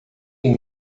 tem